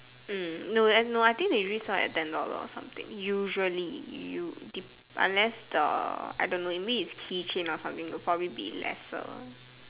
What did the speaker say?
mm no and no I think they resell it at ten dollar or something usually you dep unless the I don't know maybe it's key chain or something will probably be lesser